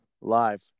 live